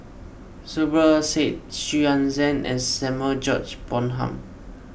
Zubir Said Xu Yuan Zhen and Samuel George Bonham